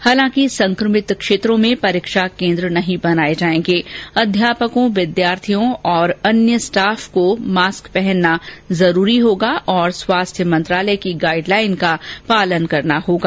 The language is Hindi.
हालांकि संक्रमित क्षेत्रों में परीक्षा केन्द्र नहीं बनाए जाएंगे अध्यापकों विद्यार्थियों तथा अन्य स्टाफ के लिए मास्क पहनना अनिवार्य होगा तथा स्वास्थ्य मंत्रालय की गाइड लाइन का पालन करना होगा